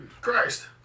Christ